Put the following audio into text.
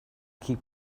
keep